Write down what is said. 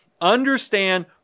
understand